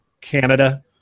Canada